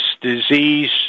disease